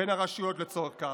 בין הרשויות לצורך זה.